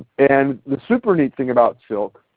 and the super neat thing about silk,